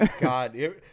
god